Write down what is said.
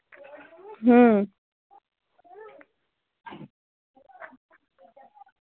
হুম